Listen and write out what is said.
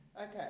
Okay